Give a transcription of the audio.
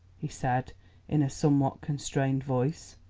he said in a somewhat constrained voice.